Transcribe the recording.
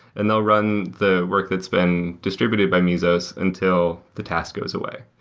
and they'll run the work that's been distributed by mesos until the task goes away.